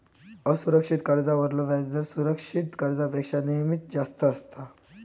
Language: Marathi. असुरक्षित कर्जावरलो व्याजदर सुरक्षित कर्जापेक्षा नेहमीच जास्त असता